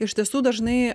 iš tiesų dažnai